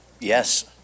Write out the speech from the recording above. yes